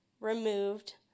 removed